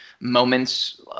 moments